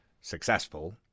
successful